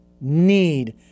need